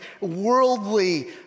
worldly